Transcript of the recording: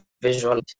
visual